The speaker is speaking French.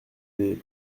des